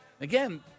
again